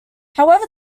however